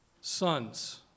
Sons